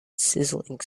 sizzling